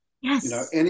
Yes